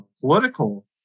political